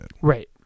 Right